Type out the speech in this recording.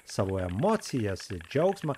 savo emocijas džiaugsmą